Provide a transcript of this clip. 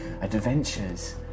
adventures